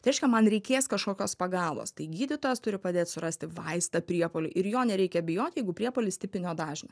tai reiškia man reikės kažkokios pagalbos tai gydytojas turi padėt surasti vaistą priepuoliui ir jo nereikia bijot jeigu priepuolis tipinio dažnio